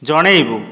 ଜଣେଇବୁ